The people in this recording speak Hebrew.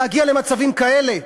להגיע למצבים כאלה?